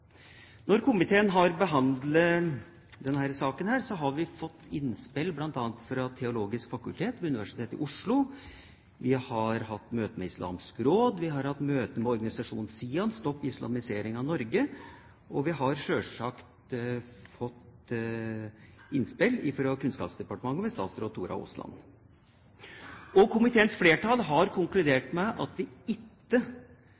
saken har komiteen fått innspill bl.a. fra Det teologiske fakultet ved Universitetet i Oslo, og noen av oss har hatt møte med Islamsk Råd og organisasjonen SIAN – Stopp islamiseringen av Norge – og vi har selvsagt fått innspill fra Kunnskapsdepartementet ved statsråd Tora Aasland. Komiteens flertall har